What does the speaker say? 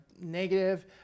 negative